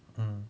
mm